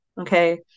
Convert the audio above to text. Okay